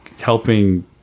helping